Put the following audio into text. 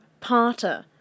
parter